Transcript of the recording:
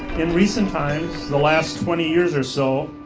in recent times, the last twenty years or so,